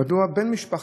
בן משפחה,